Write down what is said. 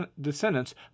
descendants